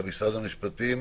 משרד המשפטים.